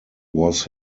was